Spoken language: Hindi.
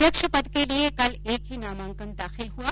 अध्यक्ष पद के लिये कल एक ही नामांकन दाखिल हुआ